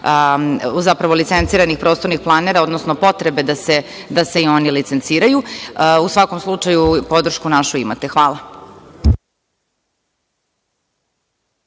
zapravo, licenciranih prostornih planera, odnosno potrebe da se i oni licenciraju. U svakom slučaju podršku našu imate. Hvala.